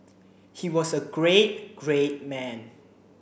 he was a great great man